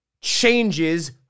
changes